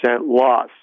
loss